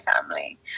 family